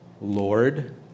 Lord